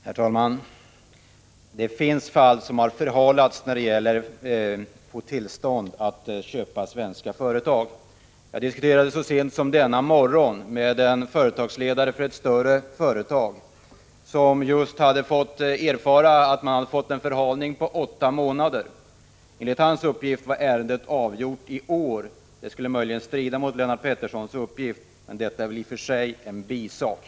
Herr talman! Det finns fall som har förhalats då det gällt tillstånd att få köpa svenska företag. Jag diskuterade så sent som denna morgon med en företagsledare för ett större företag, som just hade fått erfara en förhalning på åtta månader. Enligt hans uppgift hade ärendet avgjorts i år. Det skulle möjligen strida mot Lennart Petterssons uppgift, men det är i och för sig en bisak.